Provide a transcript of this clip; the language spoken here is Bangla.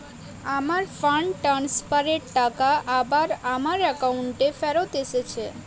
আমার ফান্ড ট্রান্সফার এর টাকা আবার আমার একাউন্টে ফেরত এসেছে